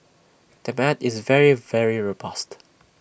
demand is very very robust